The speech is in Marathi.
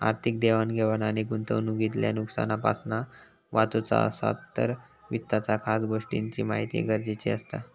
आर्थिक देवाण घेवाण आणि गुंतवणूकीतल्या नुकसानापासना वाचुचा असात तर वित्ताच्या खास गोष्टींची महिती गरजेची असता